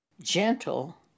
gentle